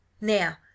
now